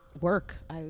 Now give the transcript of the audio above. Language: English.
work